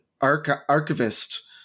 archivist